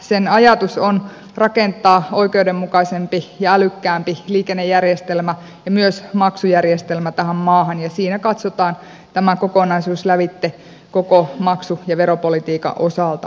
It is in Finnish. sen ajatus on rakentaa oikeudenmukaisempi ja älykkäämpi liikennejärjestelmä ja myös maksujärjestelmä tähän maahan ja siinä katsotaan tämä kokonaisuus lävitse koko maksu ja veropolitiikan osalta